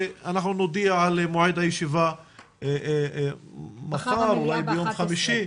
ונודיע על מועד הישיבה מחר או ביום חמישי.